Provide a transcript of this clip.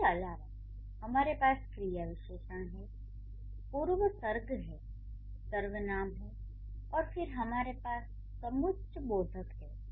इसके अलावा हमारे पास क्रिया विशेषण हैं पूर्वसर्ग हैं सर्वनाम हैं और फिर हमारे पास समुच्चयबोधक हैं